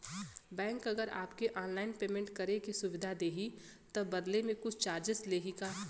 Bank अगर हमके online payment करे के सुविधा देही त बदले में कुछ चार्जेस लेही का?